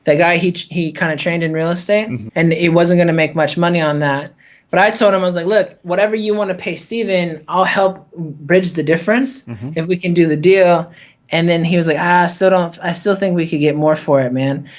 guy he he kind of trained in real estate and and he wasn't going to make much money on that but i told him, i was like look, whatever you want to pay stephen, i'll help bridge the difference if we can do the deal and then he was like i sort of i still think we can get more for it man.